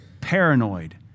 paranoid